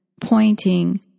pointing